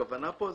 הכוונה פה,